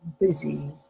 busy